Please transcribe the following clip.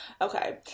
Okay